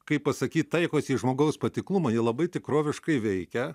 kaip pasakyt taikosi į žmogaus patiklumą jie labai tikroviškai veikia